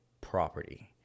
property